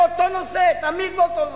באותו נושא, תמיד באותו נושא.